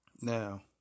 Now